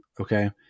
Okay